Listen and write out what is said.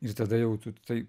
ir tada jau tu tai